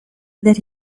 that